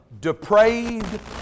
depraved